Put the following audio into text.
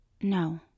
No